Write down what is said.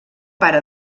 pare